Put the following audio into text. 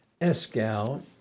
Escal